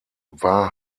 war